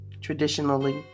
Traditionally